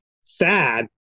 sad